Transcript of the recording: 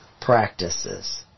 practices